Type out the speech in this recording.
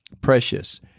precious